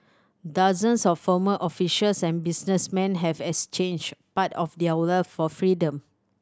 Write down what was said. dozens of former officials and businessmen have exchanged part of their for freedom